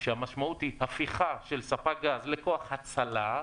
שהמשמעות היא הפיכה של ספק גז לכוח הצלה,